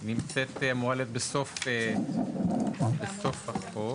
נמצאת, אמורה להיות בסוף החוק,